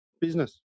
business